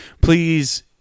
please